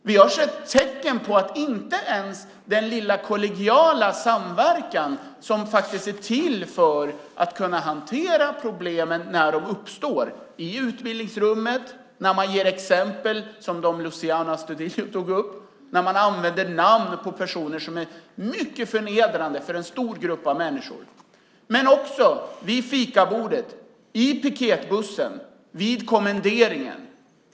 Vi har sett tecken på att inte ens den lilla kollegiala samverkan fungerar vilken ju är till för att kunna hantera problemen när sådana uppstår. Det kan vara i utbildningsrummet och när man ger sådana exempel som de Luciano Astudillo tog upp och när man använder namn på personer som är mycket förnedrande för en stor grupp av människor men även vid fikabordet, i piketbussen och vid kommenderingen.